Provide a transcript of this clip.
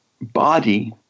body